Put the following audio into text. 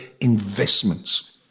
investments